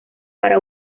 para